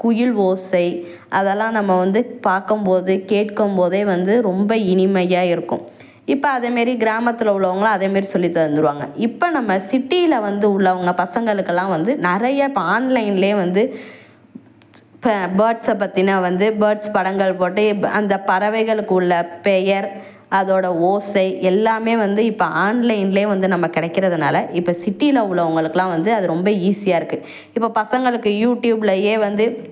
குயில் ஓசை அதெல்லாம் நம்ம வந்து பார்க்கம் போதே கேட்கும் போதே வந்து ரொம்ப இனிமையாக இருக்கும் இப்போ அதேமேரி கிராமத்தில் உள்ளவங்க அதேமேரி சொல்லித்தந்துருவாங்கள் இப்போ நம்ம சிட்டியில வந்து உள்ளவங்க பசங்களுக்குலாம் வந்து நிறைய இப்போ ஆன்லைன்லே வந்து ஸ் இப்போ பேர்ட்ஸ்ஸ பற்றின வந்து பேர்ட்ஸ் படங்கள் போட்டு இப்போ அந்த பறவைகளுக்கு உள்ள பெயர் அதோடய ஓசை எல்லாமே வந்து இப்போ ஆன்லைன்ல வந்து நம்ம கிடைக்குறதுனால இப்போ சிட்டியில உள்ளவங்களுக்குலாம் வந்து அது ரொம்ப ஈஸியாக இருக்குது இப்போ பசங்களுக்கு யூடியூப்லயே வந்து